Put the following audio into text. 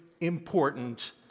important